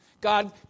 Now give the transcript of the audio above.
God